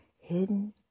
Hidden